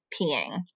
peeing